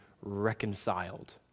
reconciled